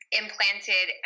implanted